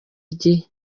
igihe